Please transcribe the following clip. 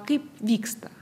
kaip vyksta